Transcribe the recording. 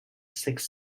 six